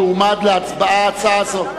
תועמד להצבעה הצעה זאת.